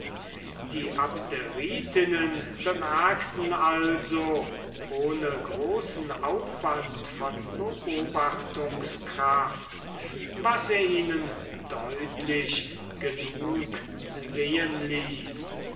die abderitinnen bemerkten also ohne großen aufwand von beobachtungskraft was er ihnen deutlich genug sehen ließ